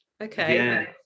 Okay